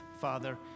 Father